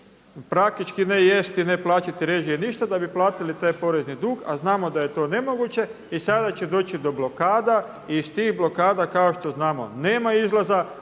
praktički ne jesti, ne plaćati režije ništa, da bi platili taj porezni dug, a znamo da je to nemoguće. I sada će doći do blokada i iz tih blokada kao što znamo nema izlaza.